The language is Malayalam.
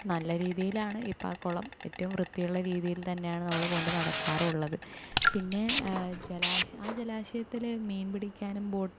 നല്ല രീതിയിലാണ് ഇപ്പ്ം കുളം ഏറ്റവും വൃത്തിയുള്ള രീതിയിൽത്തന്നെയാണ് നമ്മൾ കൊണ്ട് നടക്കാറു ഉള്ളത് പിന്നെ ജലാശയം ആ ജലാശയത്തിലെ മീൻ പിടിക്കാനും ബോ